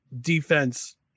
defense